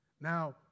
Now